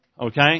Okay